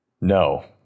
No